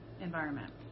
environment